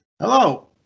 Hello